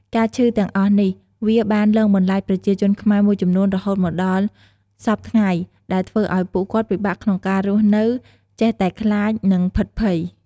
ការឈឺទាំងអស់នេះវាបានលងបន្លាចប្រជាជនខ្មែរមួយចំនួនរហូតមកដល់ដល់សព្វថ្ងៃដែលធ្វើឲ្យពួកគាត់ពិបាកក្នុងការរស់នៅចេះតែខ្លាចនិងភិតភ័យ។